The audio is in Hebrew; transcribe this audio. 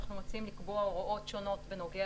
אנחנו מציעים לקבוע הוראות שונות בנוגע